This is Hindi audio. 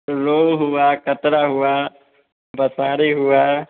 रोहू हुआ कतरा हुआ बसारी हुआ